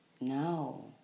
now